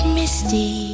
misty